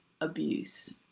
abuse